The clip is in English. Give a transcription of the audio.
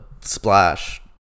splash